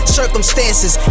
circumstances